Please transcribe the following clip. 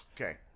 Okay